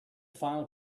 final